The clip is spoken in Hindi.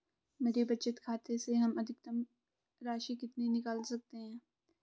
मेरे बचत खाते से हम अधिकतम राशि कितनी निकाल सकते हैं?